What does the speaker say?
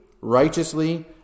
righteously